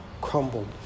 crumbled